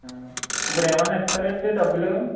ఇప్పుడు ఏవన్నా ఇస్తారా అండి డబ్బులు